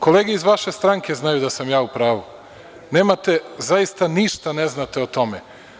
Kolege iz vaše stranke znaju da sam ja u pravu, nemate, zaista ništa ne znate o tome.